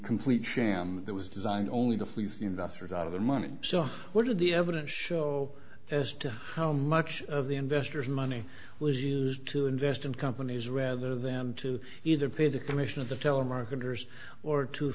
complete sham that was designed only to fleece the investors out of their money so what did the evidence show as to how much of the investors money was used to invest in companies rather than to either pay the commission of the telemarketers or to